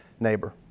neighbor